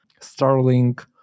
Starlink